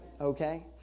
Okay